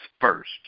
first